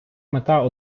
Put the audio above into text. мета